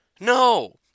No